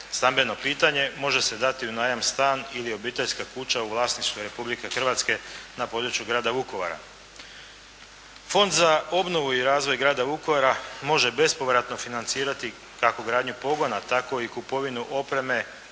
stambeno pitanje može se dati u najam stan ili obiteljska kuća u vlasništvu Republike Hrvatske na području grada Vukovara. Fond za obnovu i razvoj grada Vukovara može bespovratno financirati kako gradnju pogona tako i kupovinu opreme